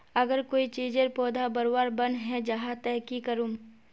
अगर कोई चीजेर पौधा बढ़वार बन है जहा ते की करूम?